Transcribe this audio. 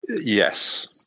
Yes